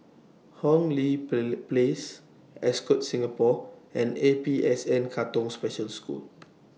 Hong Lee Place Ascott Singapore and A P S N Katong Special School